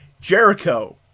Jericho